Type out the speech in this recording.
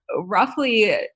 roughly